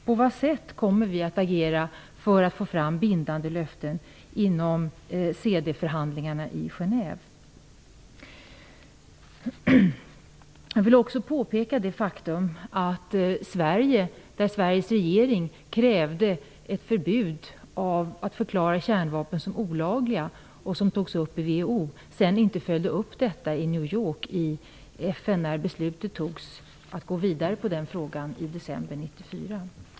På vilket sätt kommer vi att agera för att få fram bindande löften inom CD Jag vill också peka på det faktum att Sveriges regering - som krävde ett förbud när det gäller att förklara kärnvapen som olagliga, och detta togs upp i WHO - sedan inte följde upp detta i FN i New York när beslut togs om att gå vidare i den frågan i december 1994.